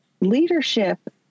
leadership